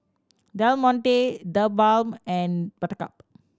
Del Monte TheBalm and Buttercup